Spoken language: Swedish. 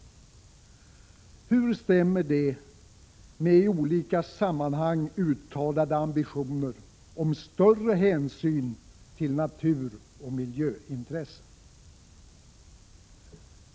Hur stämmer detta med i olika sammanhang uttalade ambitioner om större hänsyn till naturoch miljöintressen?